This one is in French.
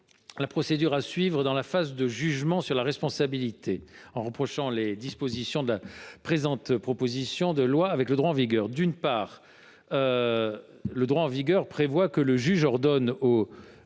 la procédure à suivre dans la phase de jugement sur la responsabilité, en rapprochant les dispositions de la présente proposition de loi du droit en vigueur. D’une part, le droit en vigueur dispose que, en cas